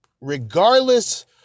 regardless